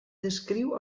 descriu